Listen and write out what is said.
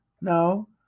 No